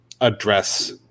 address